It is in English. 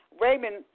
Raymond